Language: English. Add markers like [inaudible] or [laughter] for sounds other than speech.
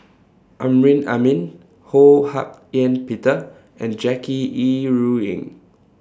[noise] Amrin Amin Ho Hak Ean Peter and Jackie Yi Ru Ying